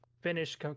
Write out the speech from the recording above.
finish